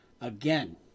Again